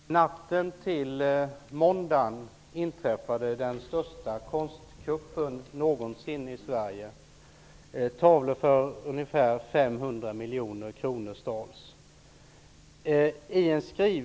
Fru talman! Natten till måndagen inträffade den största konstkuppen någonsin i Sverige. Tavlor för ungefär 500 miljoner kronor stals.